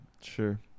Sure